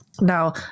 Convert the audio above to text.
Now